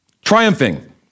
triumphing